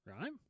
Right